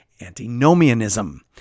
antinomianism